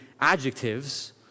adjectives